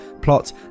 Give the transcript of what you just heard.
plot